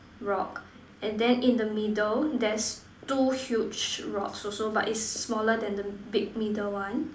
rock and then in the middle there's two huge rocks also but it's smaller than the big middle one